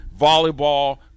volleyball